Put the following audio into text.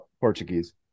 Portuguese